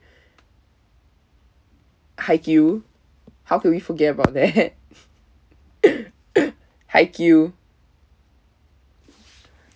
haikyuu how could we forget about that haikyuu